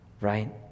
right